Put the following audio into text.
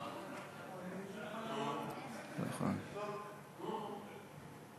ההצעה לכלול את